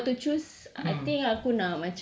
oh mm mm